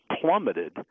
plummeted